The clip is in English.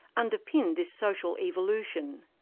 underpinned this social evolution.